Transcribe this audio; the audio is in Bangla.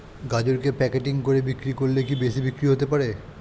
গাজরকে প্যাকেটিং করে বিক্রি করলে কি বেশি বিক্রি হতে পারে?